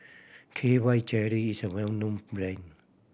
K Y Jelly is a well known brand